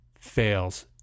fails